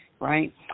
Right